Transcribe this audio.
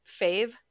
fave